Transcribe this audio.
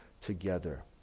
together